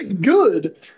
good